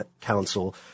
Council